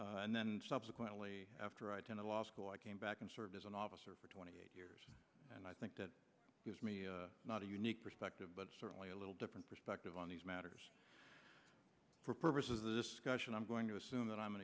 and then subsequently after i attended last go i came back and served as an officer for twenty eight years and i think that gives me not a unique perspective but certainly a little different perspective on these matters for purposes of discussion i'm going to assume that i'm an